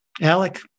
Alec